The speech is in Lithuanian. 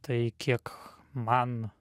tai kiek man